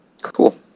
cool